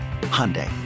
hyundai